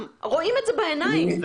אבל בגלל זה, זה